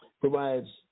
provides